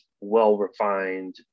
well-refined